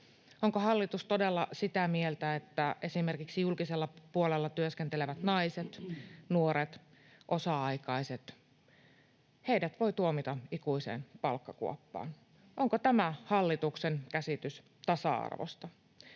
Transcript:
Onko hallitus todella sitä mieltä, että esimerkiksi julkisella puolella työskentelevät naiset, nuoret ja osa-aikaiset voi tuomita ikuiseen palkkakuoppaan? Onko tämä hallituksen käsitys tasa-arvosta?